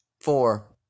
four